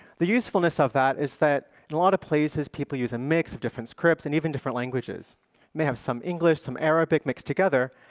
the usefulness of that is that in a lot of places, people use a mix of different scripts and even different languages. you may have some english, some arabic, mixed together.